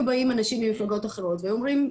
באים אנשים ממפלגות אחרות והיו אומרים,